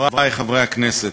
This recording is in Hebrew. חברי חברי הכנסת,